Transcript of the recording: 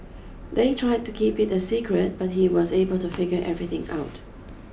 they tried to keep it a secret but he was able to figure everything out